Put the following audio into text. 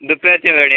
दुपारच्या वेळी